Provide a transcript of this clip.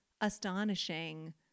astonishing